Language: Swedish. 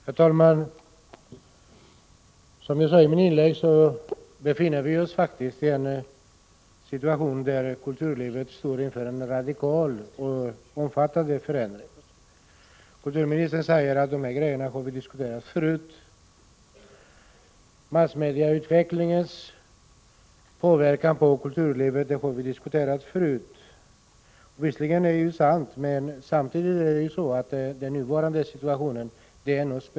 Herr talman! Som jag sade i mitt inlägg befinner vi oss faktiskt i en situation, där kulturlivet står inför en radikal och omfattande förändring. Kulturministern säger att vi har diskuterat de här sakerna förut. Massmediautvecklingens inverkan på kulturlivet har vi tidigare debatterat. Visserligen är det sant, men samtidigt är den nuvarande situationen speciell.